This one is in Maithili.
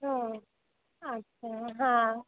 हुँ अच्छा हँ